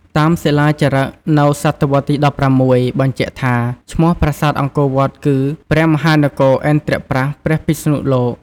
តាមសិលាចារឹកនៅសតវត្សទី១៦បញ្ជាក់ថា ឈ្មោះប្រាសាទអង្គរវត្តគឺ ព្រះមហានគរឥន្រ្ទប្រ័ស្ថព្រះពិស្ណុលោក។